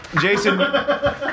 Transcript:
Jason